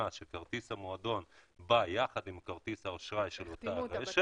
שכרטיס המועדון בא יחד עם כרטיס האשראי של אותה רשת.